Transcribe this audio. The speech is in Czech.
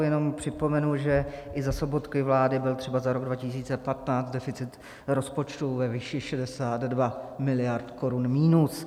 Jenom připomenu, že i za Sobotkovy vlády byl třeba za rok 2015 deficit rozpočtu ve výši 62 mld. korun minus.